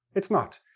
it's not.